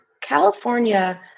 California